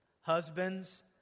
Husbands